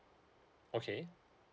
okay